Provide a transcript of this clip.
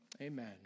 amen